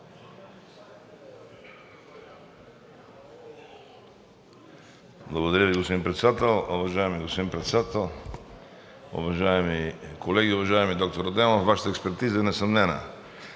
Благодаря, господин Председател. Уважаеми господин Председател, уважаеми колеги, уважаеми доктор Адемов! Вашата експертиза е несъмнена